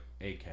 AK